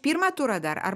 pirmą turą dar ar